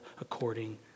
according